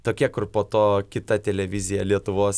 tokie kur po to kita televizija lietuvos